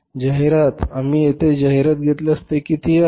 जाहिरात आम्ही येथे जाहिराती घेतल्यास हे किती आहे